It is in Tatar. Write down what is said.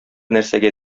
нәрсәгә